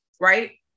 right